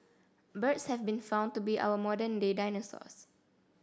birds have been found to be our modern day dinosaurs